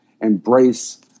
embrace